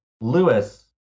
Lewis